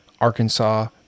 Arkansas